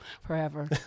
Forever